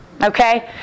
Okay